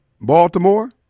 Baltimore